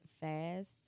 fast